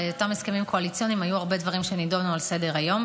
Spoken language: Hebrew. באותם הסכמים קואליציוניים היו הרבה דברים שנדונו על סדר-היום,